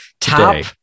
Top